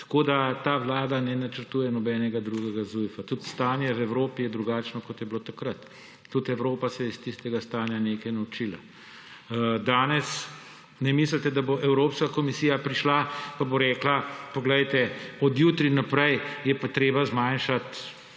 naprej. Ta vlada ne načrtuje nobenega drugega Zujfa, tudi stanje v Evropi je drugačno, kot je bilo takrat, tudi Evropa se je iz tistega stanja nekaj naučila. Danes ne misliti, da bo Evropska komisija prišla pa bo rekla, poglejte, od jutri naprej je pa treba zmanjšati